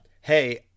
hey